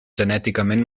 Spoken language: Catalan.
genèticament